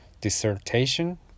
dissertation